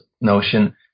notion